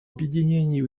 объединении